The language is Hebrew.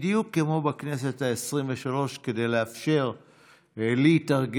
בדיוק כמו בכנסת העשרים-ושלוש, כדי לאפשר להתארגן.